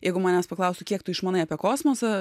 jeigu manęs paklaustų kiek tu išmanai apie kosmosą